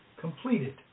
completed